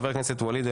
הסביר.